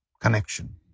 connection